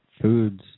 foods